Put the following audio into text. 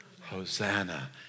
Hosanna